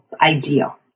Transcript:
ideal